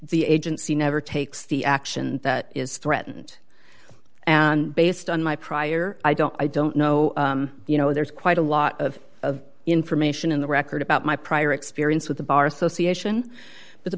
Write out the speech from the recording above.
the agency never takes the action that is threatened and based on my prior i don't i don't know you know there's quite a lot of information in the record about my prior experience with the bar association